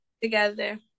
together